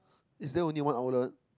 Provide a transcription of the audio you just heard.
is there only one outlet